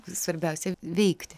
svarbiausia veikti